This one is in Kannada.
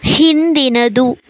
ಹಿಂದಿನದು